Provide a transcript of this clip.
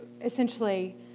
essentially